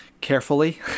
Carefully